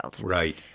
right